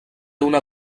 una